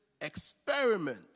experiment